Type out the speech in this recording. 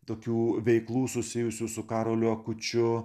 tokių veiklų susijusių su karoliu akučiu